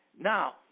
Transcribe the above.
Now